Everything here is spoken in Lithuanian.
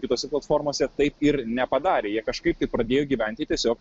kitose platformose taip ir nepadarė jie kažkaip tai pradėjo gyventi tiesiog